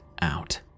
out